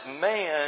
man